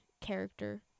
character